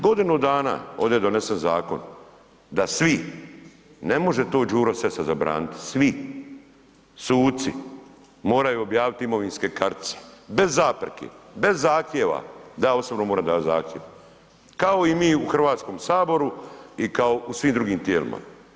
Godinu dana ovde je donesen zakon da svi ne može to Đuro Sessa zabraniti, svi suci moraju objaviti imovinske kartice bez zapreke, bez zahtjeva, da ja osobno moram davati zahtjev, kao i mi u Hrvatskom saboru i kao u svim drugim tijelima.